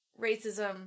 racism